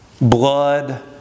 blood